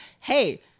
hey